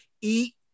eat